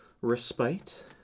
respite